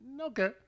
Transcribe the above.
Okay